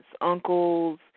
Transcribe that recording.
uncles